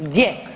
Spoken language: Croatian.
Gdje?